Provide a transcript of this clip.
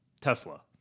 Tesla